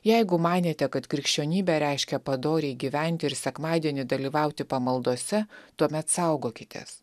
jeigu manėte kad krikščionybė reiškia padoriai gyventi ir sekmadienį dalyvauti pamaldose tuomet saugokitės